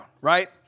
right